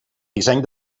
disseny